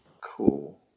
Cool